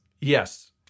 Yes